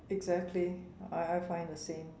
exactly I I find the same